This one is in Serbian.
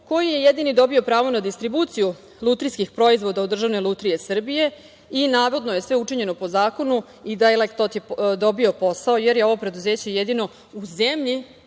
koji je jedini dobio pravo na distribuciju lutrijskih proizvoda od Državne lutrije Srbije i navodno je sve učinjeno po zakonu i „Dajrekt lot“ je dobio posao, jer je ovo preduzeće jedino u zemlji